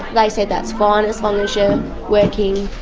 they said that's fine, as long as you're working.